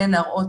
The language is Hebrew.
וכן להראות,